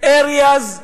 Areas Act,